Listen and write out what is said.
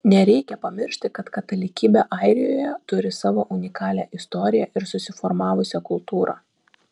nereikia pamiršti kad katalikybė airijoje turi savo unikalią istoriją ir susiformavusią kultūrą